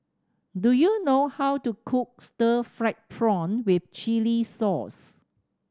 do you know how to cook stir fried prawn with chili sauce